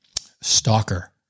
stalker